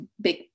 big